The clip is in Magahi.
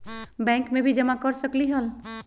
बैंक में भी जमा कर सकलीहल?